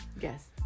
yes